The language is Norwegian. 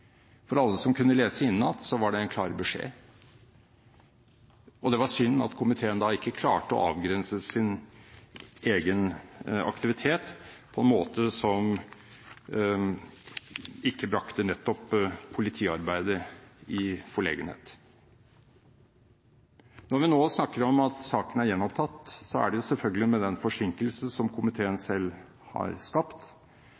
For alle som kunne lese innenat, var det en klar beskjed. Det var synd at komiteen da ikke klarte å avgrense sin egen aktivitet på en måte som ikke brakte nettopp politiarbeidet i forlegenhet. Når vi nå snakker om at saken er gjenopptatt, er det selvfølgelig med den forsinkelse som komiteen